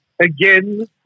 Again